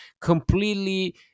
completely